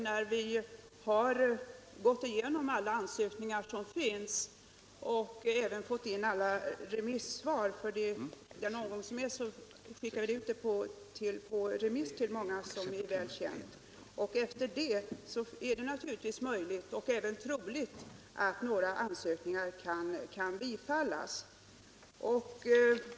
När vi har gått igenom alla ansökningar som finns och samtliga remissvar från den remissomgång som pågår, är det möjligt och även troligt att några ansökningar kan bifallas.